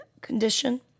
condition